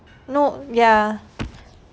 no ya